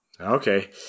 okay